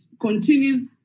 continues